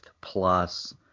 plus